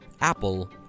Apple